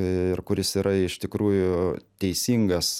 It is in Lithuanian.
ir kuris yra iš tikrųjų teisingas